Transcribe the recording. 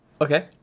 Okay